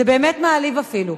זה באמת מעליב אפילו.